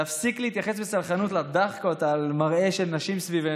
להפסיק להתייחס בסלחנות לדאחקות על מראה של נשים סביבנו,